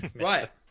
right